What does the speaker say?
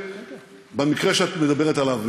במקרה שאת מדברת עליו,